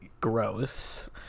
gross